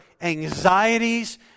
anxieties